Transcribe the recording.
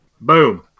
boom